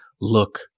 look